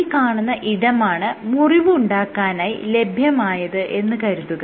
ഈ കാണുന്ന ഇടമാണ് മുറിവ് ഉണ്ടാക്കാനായി ലഭ്യമായത് എന്ന് കരുതുക